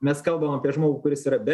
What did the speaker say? mes kalbam apie žmogų kuris yra be